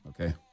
okay